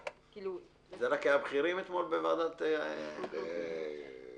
ואגב, זה גם אינטרס של הבנק עצמו שיהיה ביטוח,